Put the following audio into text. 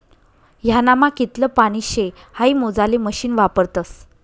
ह्यानामा कितलं पानी शे हाई मोजाले मशीन वापरतस